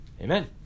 Amen